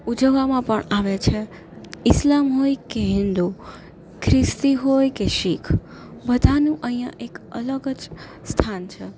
ઉજવવામાં પણ આવે છે ઇસ્લામ હોય કે હિન્દુ ખ્રિસ્તી હોય કે શીખ બધાનું અહીંયા એક અલગ જ સ્થાન છે